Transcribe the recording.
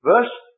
Verse